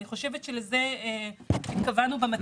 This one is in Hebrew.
אני חושבת שלזה התכוונו במצגת.